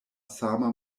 sama